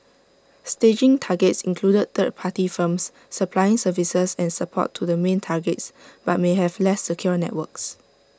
staging targets included third party firms supplying services and support to the main targets but may have less secure networks